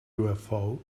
ufo